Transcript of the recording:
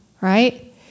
right